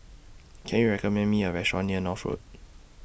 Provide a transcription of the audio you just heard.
Can YOU recommend Me A Restaurant near North Road